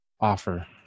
offer